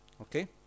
Okay